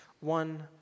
one